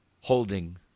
holding